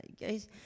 Guys